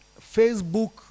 Facebook